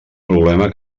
problema